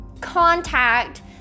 contact